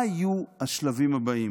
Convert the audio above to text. מה יהיו השלבים הבאים?